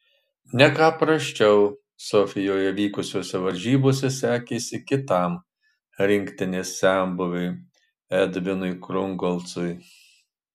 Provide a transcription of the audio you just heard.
ne ką prasčiau sofijoje vykusiose varžybose sekėsi kitam rinktinės senbuviui edvinui krungolcui